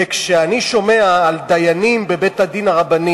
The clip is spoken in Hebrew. וכשאני שומע על דיינים בבית-הדין הרבני